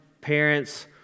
parents